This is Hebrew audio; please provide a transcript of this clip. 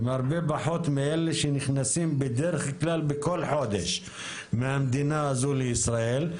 הם הרבה פחות מאלה שנכנסים בדרך כלל בכל חודש מהמדינה הזו לישראל.